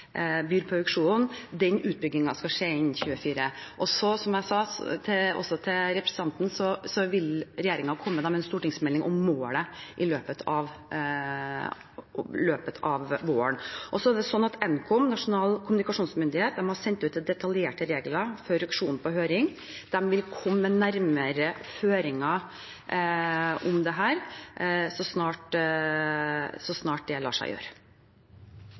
sa til representanten, vil regjeringen komme med en stortingsmelding om målet i løpet av våren. Nkom, Nasjonal kommunikasjonsmyndighet, har sendt ut detaljerte regler for auksjonen på høring, og de vil komme med nærmere føringer om dette så snart det lar seg gjøre.